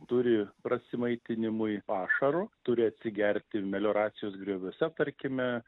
turi prasimaitinimui pašaro turi atsigerti melioracijos grioviuose tarkime